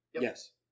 Yes